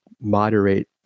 moderate